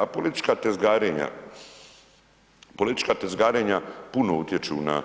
A politička tezgarenja, politička tezgarenja puno utječu na,